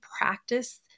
practice